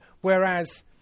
whereas